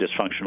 dysfunctional